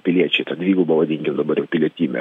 piliečiai tą dvigubą vadinkim dabar jau pilietybę